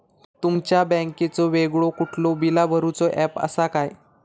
तुमच्या बँकेचो वेगळो कुठलो बिला भरूचो ऍप असा काय?